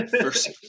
First